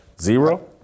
Zero